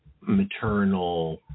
maternal